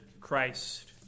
Christ